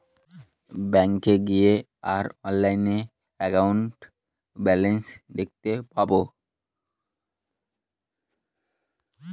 ব্যাঙ্কে গিয়ে আর অনলাইনে একাউন্টের ব্যালান্স দেখতে পাবো